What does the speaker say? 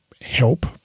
help